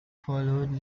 followed